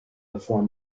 before